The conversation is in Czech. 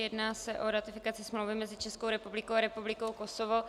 Jedná se o ratifikaci smlouvy mezi Českou republikou a republikou Kosovo.